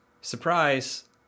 Surprise